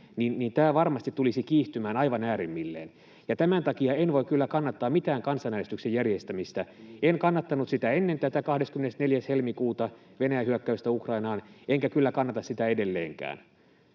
niin tämä varmasti tulisi kiihtymään aivan äärimmilleen, ja tämän takia en voi kyllä kannattaa mitään kansanäänestyksen järjestämistä. En kannattanut sitä ennen tätä 24. helmikuuta, Venäjän hyökkäystä Ukrainaan, enkä kyllä kannata sitä edelleenkään.